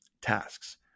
tasks